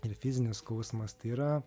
ir fizinis skausmas tai yra